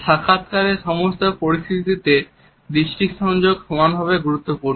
সাক্ষাৎকারের সমস্ত পরিস্থিতিতে দৃষ্টি সংযোগ সমানভাবে গুরুত্বপূর্ণ